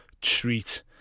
treat